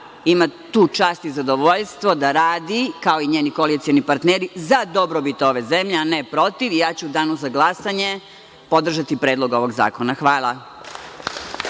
ima tu čast i zadovoljstvo da radi, kao i njeni koalicioni partneri, za dobrobit ove zemlje, a ne protiv.U Danu za glasanje podržaću predlog ovog zakona. Hvala.